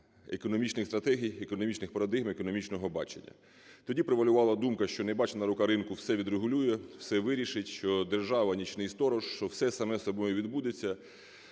економічних стратегій, економічних парадигм, економічного бачення. Тоді привалювала думка, що небачена рука ринку все відрегулює, все вирішить, що держава – "нічний сторож", що все саме собою відбудеться.